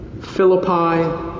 Philippi